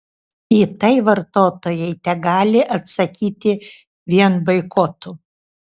į tai vartotojai tegali atsakyti vien boikotu